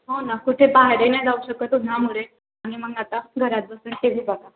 हो ना कुठे बाहेरही नाही जाऊ शकत उन्हामुळे आणि मग आता घरात बसून टी व्ही बघा